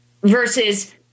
versus